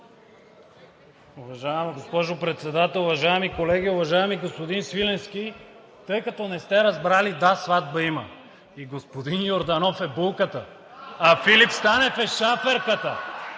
Уважаема госпожо Председател, уважаеми колеги! Уважаеми господин Свиленски, тъй като не сте разбрали – да, сватба има. Господин Йорданов е булката, а Филип Станев е шаферката